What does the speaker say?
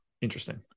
interesting